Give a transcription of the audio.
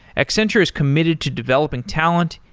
accenture is committed to developing talent,